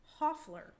Hoffler